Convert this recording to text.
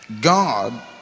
God